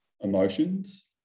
emotions